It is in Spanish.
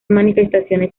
manifestaciones